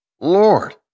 Lord